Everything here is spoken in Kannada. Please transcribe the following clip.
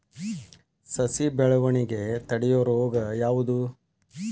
ಸಸಿ ಬೆಳವಣಿಗೆ ತಡೆಯೋ ರೋಗ ಯಾವುದು?